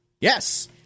Yes